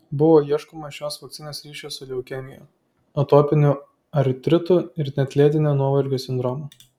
buvo ieškoma šios vakcinos ryšio su leukemija atopiniu artritu ir net lėtinio nuovargio sindromu